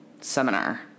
seminar